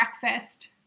breakfast